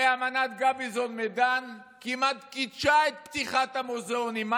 הרי אמנת גביזון-מדן כמעט קידשה את פתיחת המוזיאונים.